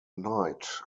knight